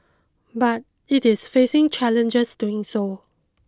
but it is facing challenges doing so